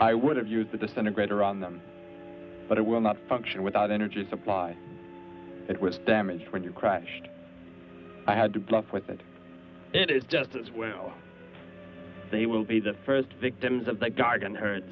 i would have used that the senator on them but it will not function without energy supply it was damaged when you crushed i had to bluff with that it is just as well they will be the first victims of the garden hurt